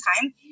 time